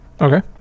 okay